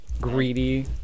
greedy